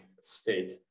state